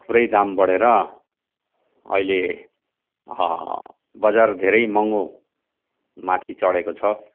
थुप्रै दाम बढेर अहिले बजार धेरै महँगो माथि चढेको छ